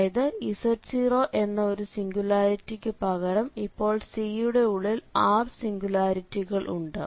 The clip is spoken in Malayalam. അതായത് z0 എന്ന ഒരു സിംഗുലാരിറ്റിക്കു പകരം ഇപ്പോൾ C യുടെ ഉള്ളിൽ r സിംഗുലാരിറ്റികൾ ഉണ്ട്